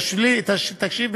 תקשיב,